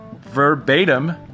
verbatim